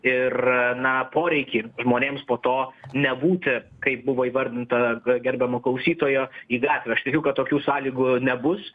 ir na poreikį žmonėms po to nebūti kaip buvo įvardinta gerbiamo klausytojo į gatvę aš tikiu kad tokių sąlygų nebus